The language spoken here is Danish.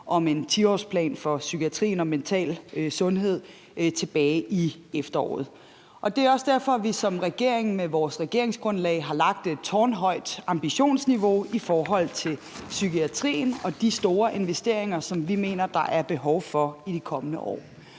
om en 10-årsplan for psykiatrien og mental sundhed tilbage i efteråret. Det er også derfor, at vi som regering med vores regeringsgrundlag har lagt et tårnhøjt ambitionsniveau i forhold til psykiatrien og de store investeringer, som vi mener der er behov for i de kommende år.